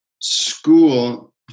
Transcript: school